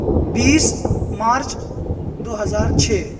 بیس March دو ہزار چھ